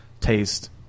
taste